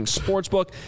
Sportsbook